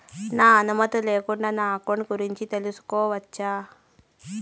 నా అనుమతి లేకుండా నా అకౌంట్ గురించి తెలుసుకొనొచ్చా?